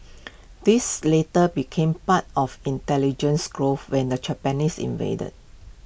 these later became part of intelligence grove when the Japanese invaded